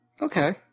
Okay